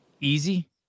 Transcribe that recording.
Easy